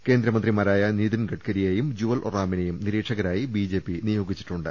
കേന്ദ്രമന്ത്രിമാരായ നിതിൻ ഗഡ്ഗരിയെയും ജുവൽ ഒറാമി നെയും നിരീക്ഷകരായി ബിജെപി നിയോഗിച്ചിട്ടുണ്ട്